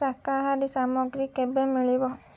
ଶାକାହାରୀ ସାମଗ୍ରୀ କେବେ ମିଳିବ